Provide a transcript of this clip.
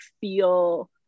feel